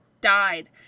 died